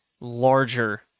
larger